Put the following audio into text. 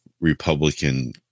Republican